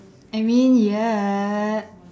I mean ya